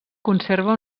conserva